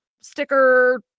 sticker